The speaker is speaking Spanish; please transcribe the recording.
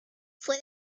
fue